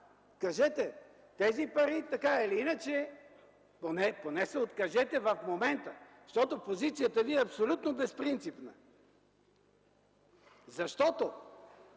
Кажете: тези пари така или иначе... Поне се откажете в момента, защото позицията ви е абсолютно безпринципна. Да го